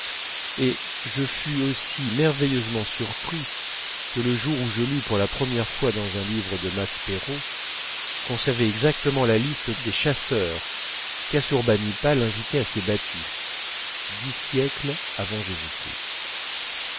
et je fus aussi merveilleusement surpris que le jour où je lus pour la première fois dans un livre de maspero qu'on savait exactement la liste des chasseurs qu'assourbanipal invitait à ses battues dix siècles avant jésus-christ